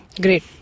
great